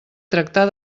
tractar